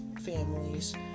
families